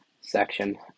section